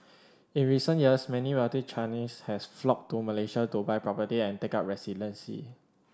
in recent years many wealthy Chinese has flocked to Malaysia to buy property and take up residency